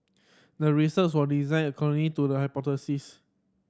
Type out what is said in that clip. the research was designed according to the hypothesis